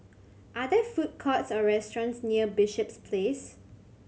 are there food courts or restaurants near Bishops Place